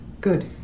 Good